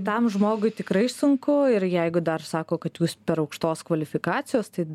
tam žmogui tikrai sunku ir jeigu dar sako kad jūs per aukštos kvalifikacijos tai